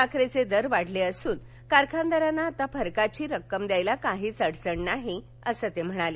साखरचे दर वाढले असून कारखानदारांना आता फरकाची रक्कम देण्यास काहीच अडचण नाही असं ते म्हणाले